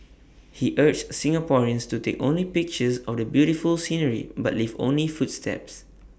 he urged Singaporeans to take only pictures of the beautiful scenery but leave only footsteps